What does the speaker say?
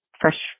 fresh